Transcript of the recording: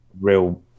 real –